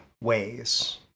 ways